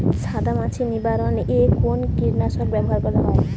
সাদা মাছি নিবারণ এ কোন কীটনাশক ব্যবহার করব?